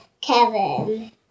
Kevin